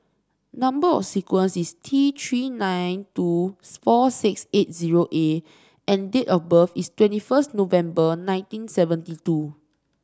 number sequence is T Three nine two four six eight zero A and date of birth is twenty first November nineteen seventy two